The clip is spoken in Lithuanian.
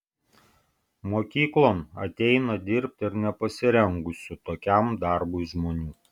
mokyklon ateina dirbti ir nepasirengusių tokiam darbui žmonių